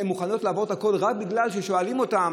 הן מוכנות לעבור את הכול רק בגלל שהתורמים שואלים אותם: